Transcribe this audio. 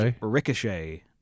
Ricochet